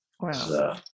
wow